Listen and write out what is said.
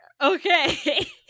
Okay